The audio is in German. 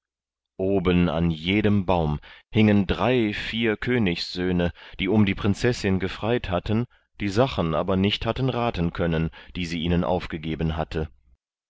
oben an jedem baum hingen drei vier königssöhne die um die prinzessin gefreit hatten die sachen aber nicht hatten raten können die sie ihnen aufgegeben hatte